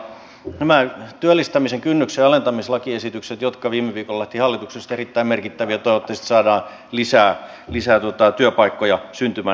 nämä työllistämisen kynnyksen alentamislakiesitykset jotka viime viikolla lähtivät hallituksesta erittäin merkittäviä toivottavasti saadaan lisää työpaikkoja syntymään näillä